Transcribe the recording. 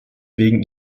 wegen